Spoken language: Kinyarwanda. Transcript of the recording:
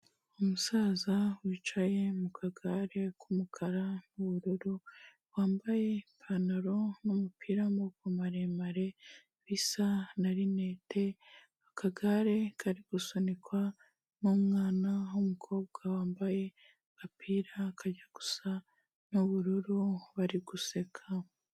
Umusaza wicaye mu kagare k'umukara n'ubururu, wambaye ipantaro n'umupira w'amaboko maremare, bisa na rinete, akagare kari gusunikwa n'umwana w'umukobwa wambaye agapira kajya gusa n'ubururu, bari guseka.